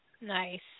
Nice